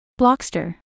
Blockster